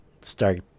start